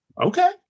Okay